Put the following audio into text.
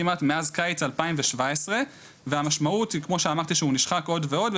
מקיץ 2017. והמשמעות היא כמו שאמרתי שהוא נשחק עוד ועוד,